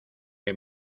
que